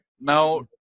now